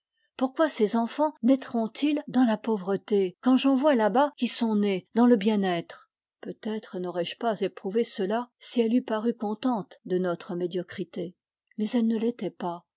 pourquoi ses enfans naîtront ils dans la pauvreté quand j'en vois là-bas qui sont nés dans le bien-être peut-être n'aurais-je pas éprouvé cela si elle eût paru contente de notre médiocrité mais elle ne l'était pas